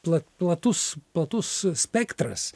pla platus platus spektras